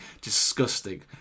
disgusting